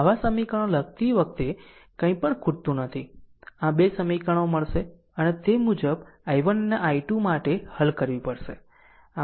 આવા સમીકરણો લખતી વખતે કંઈપણ ખૂટતું નથી આમ બે સમીકરણો મળશે અને તે મુજબ i1 અને i2 માટે હલ કરવી પડશે